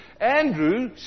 Andrew